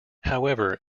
however